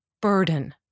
burden